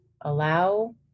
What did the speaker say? allow